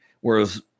whereas